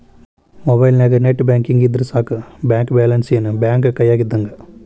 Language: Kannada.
ಮೊಬೈಲ್ನ್ಯಾಗ ನೆಟ್ ಬ್ಯಾಂಕಿಂಗ್ ಇದ್ರ ಸಾಕ ಬ್ಯಾಂಕ ಬ್ಯಾಲೆನ್ಸ್ ಏನ್ ಬ್ಯಾಂಕ ಕೈಯ್ಯಾಗ ಇದ್ದಂಗ